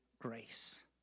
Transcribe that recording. grace